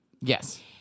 Yes